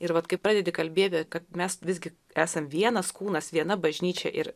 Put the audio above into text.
ir vat kai pradedi kalbėti kad mes visgi esam vienas kūnas viena bažnyčia ir